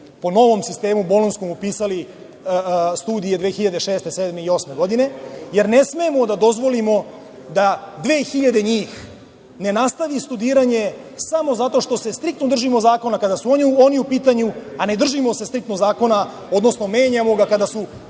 po novom sistemu bolonjskom upisali studije 2006, 2007. i 2008. godine, jer ne smemo da dozvolimo da 2000 njih ne nastavi studiranje samo zato što se striktno držimo zakona kada su oni u pitanju, a ne držimo se striktno zakona, odnosno menjamo ga kada su